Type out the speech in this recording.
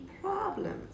problems